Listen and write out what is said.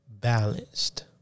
balanced